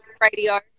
radio